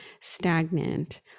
stagnant